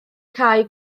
cae